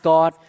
God